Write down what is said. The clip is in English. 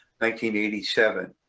1987